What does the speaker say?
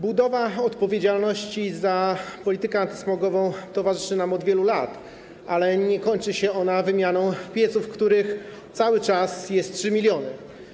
Budowa odpowiedzialności za politykę antysmogową towarzyszy nam od wielu lat, ale nie kończy się ona wymianą pieców, których cały czas jest 3 mln.